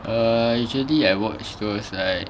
err usually I watch those like